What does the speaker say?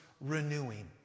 renewing